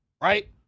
right